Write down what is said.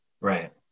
Right